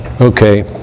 Okay